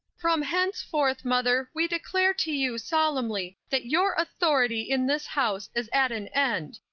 from henceforth, mother, we declare to you solemnly that your authority in this house is at an end.